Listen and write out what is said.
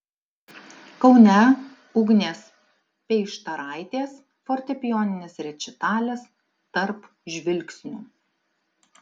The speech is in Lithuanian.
kaune ugnės peištaraitės fortepijoninis rečitalis tarp žvilgsnių